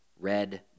Red